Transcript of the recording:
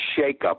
shakeup